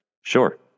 Sure